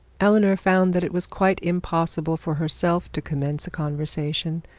eleanor found that it was quite impossible for herself to commence a conversation.